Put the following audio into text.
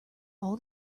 all